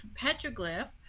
petroglyph